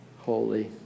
holy